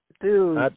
Dude